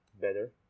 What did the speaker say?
Better